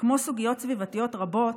שכמו סוגיות סביבתיות רבות,